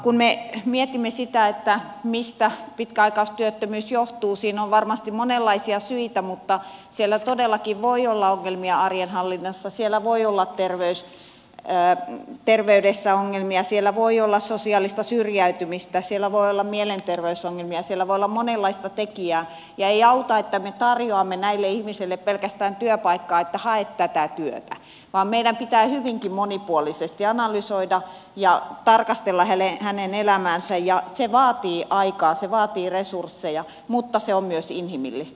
kun me mietimme sitä mistä pitkäaikaistyöttömyys johtuu siinä on varmasti monenlaisia syitä mutta siellä todellakin voi olla ongelmia arjen hallinnassa siellä voi olla terveydessä ongelmia siellä voi olla sosiaalista syrjäytymistä siellä voi olla mielenterveysongelmia siellä voi olla monenlaista tekijää ja ei auta että me tarjoamme näille ihmisille pelkästään työpaikkaa että hae tätä työtä vaan meidän pitää hyvinkin monipuolisesti analysoida ja tarkastella hänen elämäänsä ja se vaatii aikaa se vaatii resursseja mutta se on myös inhimillistä